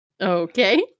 Okay